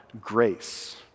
grace